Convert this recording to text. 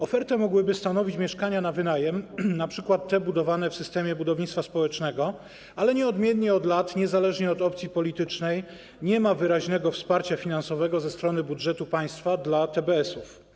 Ofertę mogłyby stanowić mieszkania na wynajem, np. te budowane w systemie budownictwa społecznego, ale niezmiennie od lat, niezależnie od opcji politycznej, nie ma wyraźnego wsparcia finansowego z budżetu państwa dla TBS-ów.